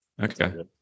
Okay